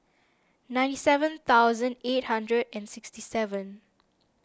ninety seven thousand eight hundred and sixty seven